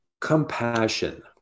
compassion